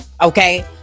Okay